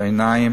העיניים